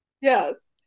Yes